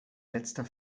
letzter